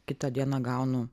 kitą dieną gaunu